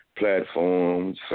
platforms